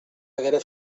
haguera